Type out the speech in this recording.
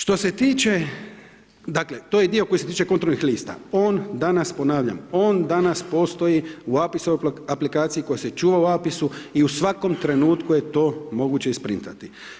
Što se tiče, dakle to je dio koji se tiče kulturnih lista, on danas, ponavljam, on danas postoji u APIS-ovom aplikaciji koja se čuva u APIS-u i u svakom trenutku je to moguće isprintati.